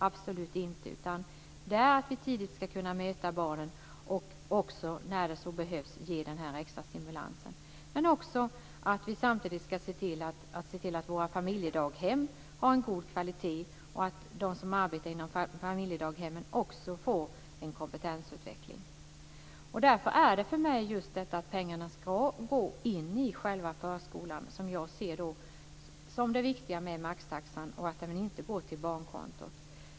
Det handlar om att vi tidigt ska kunna möta barnen och när det så behövs ge den här extra stimulansen, men vi ska samtidigt se till att våra familjedaghem har en god kvalitet och att de som arbetar inom familjedaghemmen också får en kompetensutveckling. Därför ser jag att pengarna ska gå in i själva förskolan som det viktiga med maxtaxan. Pengarna ska inte gå till barnkontot.